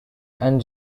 and